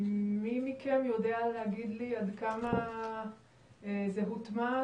מי מכם יודע להגיד לי עד כמה זה הוטמע?